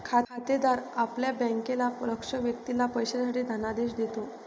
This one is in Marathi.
खातेदार आपल्या बँकेला लक्ष्य व्यक्तीला पैसे देण्यासाठी धनादेश देतो